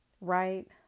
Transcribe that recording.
Right